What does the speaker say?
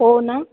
हो ना